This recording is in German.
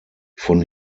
von